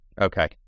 Okay